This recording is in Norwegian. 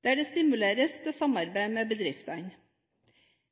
der det stimuleres til samarbeid med bedriftene.